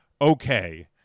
Okay